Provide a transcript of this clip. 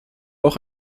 auch